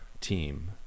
team